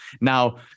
now